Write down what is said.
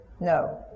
No